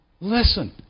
listen